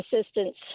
assistance